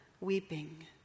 weeping